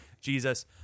Jesus